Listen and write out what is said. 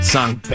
Song